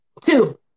two